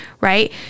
right